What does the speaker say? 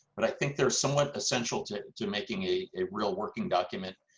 but i think they're somewhat essential to to making a a real working document.